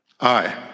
Aye